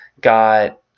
got